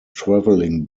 travelling